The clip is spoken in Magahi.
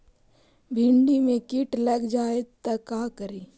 भिन्डी मे किट लग जाबे त का करि?